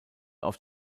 auf